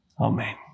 Amen